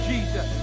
Jesus